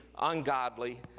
ungodly